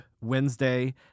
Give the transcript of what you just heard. Wednesday